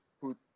put